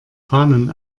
fahnen